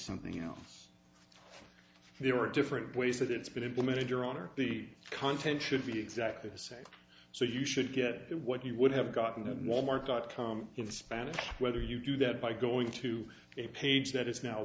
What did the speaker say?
something else there are different ways that it's been implemented your honor the content should be exactly the same so you should get what you would have gotten in walmart dot com in spanish whether you do that by going to a page that is now